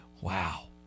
Wow